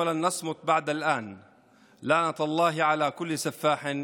אנחנו לא נושאים עוד את מרירות האובדן.